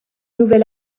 nouvel